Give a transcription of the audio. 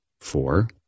Four